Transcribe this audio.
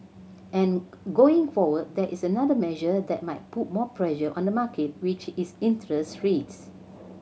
and going forward there is another measure that might put more pressure on the market which is interest rates